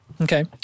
Okay